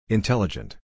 Intelligent